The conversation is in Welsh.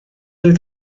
oedd